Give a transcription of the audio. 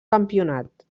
campionat